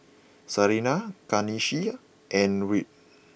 Serena Kanisha and Wirt